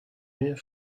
here